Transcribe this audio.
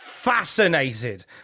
fascinated